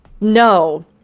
no